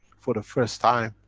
for the first time,